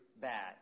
bad